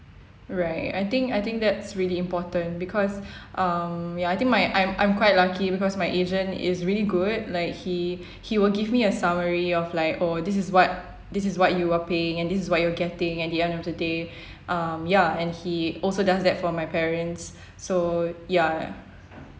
right I think I think that's really important because um ya I think my I'm I'm quite lucky because my agent is really good like he he will give me a summary of like oh this is what this is what you are paying and this what you are getting at the end of the day um ya and he also does that for my parents so ya